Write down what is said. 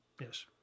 Yes